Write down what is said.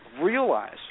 realize